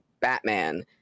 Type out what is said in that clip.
batman